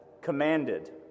commanded